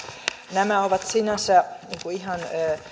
nämä ovat sinänsä ihan